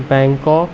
Bangkok